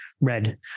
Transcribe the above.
red